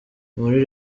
muri